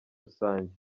rusange